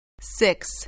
Six